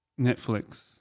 Netflix